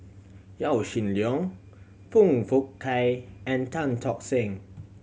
Yaw Shin Leong Foong Fook Kay and Tan Tock Seng